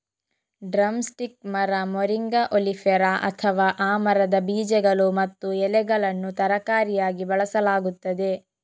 drum stick ಮರ, moringa oleifera, ಅಥವಾ ಆ ಮರದ ಬೀಜಗಳು ಮತ್ತು ಎಲೆಗಳನ್ನು ತರಕಾರಿಯಾಗಿ ಬಳಸಲಾಗುತ್ತದೆ